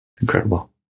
Incredible